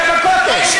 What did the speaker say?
היית בכותל.